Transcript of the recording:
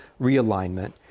realignment